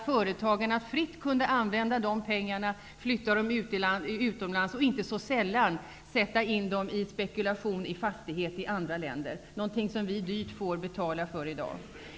Företagen kunde fritt använda pengarna och flytta dem utomlands, och inte så sällan använda dem för spekulation i fastigheter i andra länder. Det är något som vi dyrt får betala för i dag.